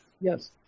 Yes